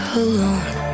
alone